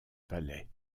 palais